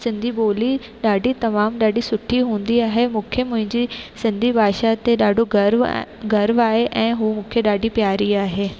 सिंधी ॿोली ॾाढी तमामु ॾाढी सुठी हूंदी आहे मूंखे मुहिंजी सिंधी भाषा ते ॾाढो गर्व गर्व आहे ऐं उहा मूंखे ॾाढी प्यारी आहे